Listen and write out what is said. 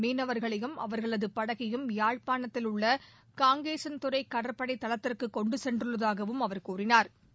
மீனவர்களையும் அவர்களது படகையும் யாழ்ப்பாணத்தில் உள்ள காங்கேசன் துறை கடற்படை தளத்திற்கு கொண்டு சென்றுள்ளதாகவும் அவா் தெரிவித்தாா்